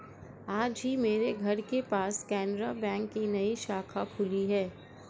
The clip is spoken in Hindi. आज ही मेरे घर के पास केनरा बैंक की नई शाखा खुली है